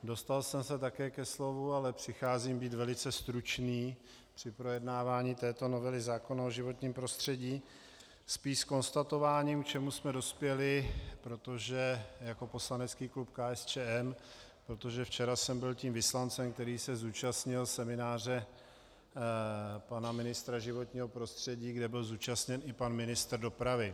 Dostal jsem se také ke slovu, ale přicházím být velice stručný při projednávání této novely zákona o životním prostředí, spíš s konstatováním, k čemu jsme dospěli, protože jako poslanecký klub KSČM protože včera jsem byl tím vyslancem, který se zúčastnil semináře pana ministra životního prostředí, kde byl zúčastněn i pan ministr dopravy.